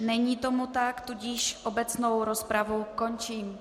Není tomu tak, tudíž obecnou rozpravu končím.